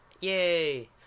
Yay